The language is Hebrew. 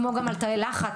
כמו גם על תאי לחץ.